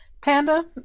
Panda